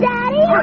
Daddy